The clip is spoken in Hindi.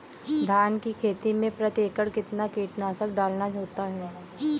धान की खेती में प्रति एकड़ कितना कीटनाशक डालना होता है?